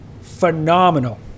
phenomenal